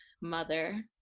mother